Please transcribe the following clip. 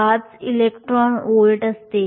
05 electron volt असते